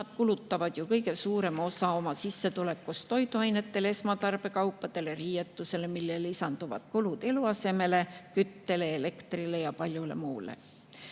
nad kulutavad ju kõige suurema osa oma sissetulekust toiduainetele, esmatarbekaupadele ja riietusele, millele lisanduvad kulud eluasemele, küttele, elektrile ja paljule muule.